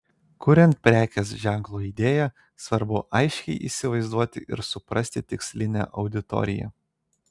kuriant prekės ženklo idėją svarbu aiškiai įsivaizduoti ir suprasti tikslinę auditoriją